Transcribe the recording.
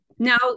Now